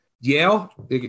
Yale